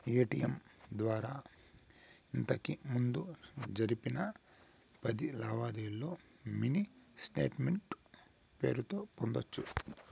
ATM ద్వారా ఇంతకిముందు జరిపిన పది లావాదేవీల్లో మినీ స్టేట్మెంటు పేరుతో పొందొచ్చు